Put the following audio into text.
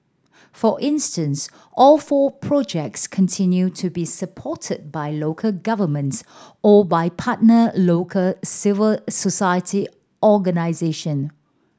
for instance all four projects continue to be supported by local governments or by partner local civil society organisation